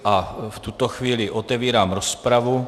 A v tuto chvíli otevírám rozpravu.